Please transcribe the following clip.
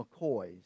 McCoys